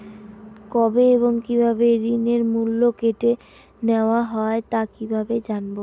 কবে এবং কিভাবে ঋণের মূল্য কেটে নেওয়া হয় তা কিভাবে জানবো?